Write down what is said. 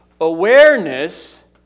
awareness